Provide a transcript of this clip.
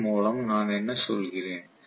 இதன் மூலம் நான் என்ன சொல்கிறேன்